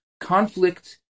conflict